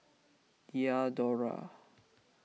Diadora